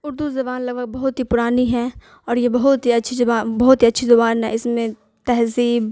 اردو زبان لگ بھگ بہت ہی پرانی ہے اور یہ بہت ہی اچھی بہت ہی اچھی زبان ہے اس میں تہذیب